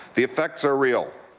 the effects are real.